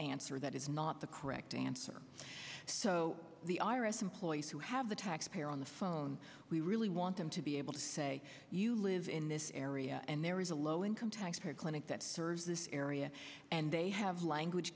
answer that is not the correct answer so the i r s employees who have the taxpayer on the phone we really want them to be able to say you live in this area and there is a low income tax payer clinic that serves this area and they have language